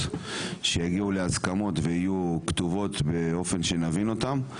שיגיעו להסכמות ויהיו כתובות באופן שנבין אותן.